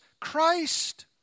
Christ